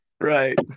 right